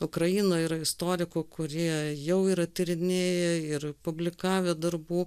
ukrainoj yra istorikų kurie jau yra tyrinėję ir publikavę darbų